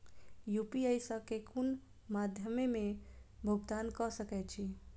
UPI सऽ केँ कुन मध्यमे मे भुगतान कऽ सकय छी?